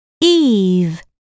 eve